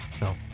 no